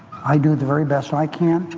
i do the very best i can.